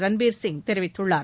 ரன்பீர் சிங் தெரிவித்துள்ளார்